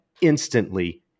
instantly